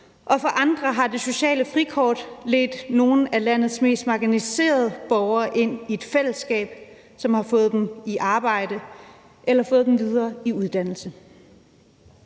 tilfælde har det sociale frikort ledt nogle af landets mest marginaliserede borgere ind i et fællesskab, som har fået dem i arbejde eller fået dem videre i uddannelse.